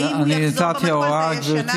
האם הוא יחזור במתכונת הישנה?